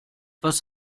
was